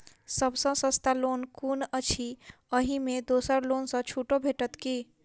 सब सँ सस्ता लोन कुन अछि अहि मे दोसर लोन सँ छुटो भेटत की?